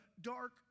dark